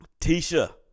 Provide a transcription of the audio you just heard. Tisha